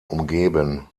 umgeben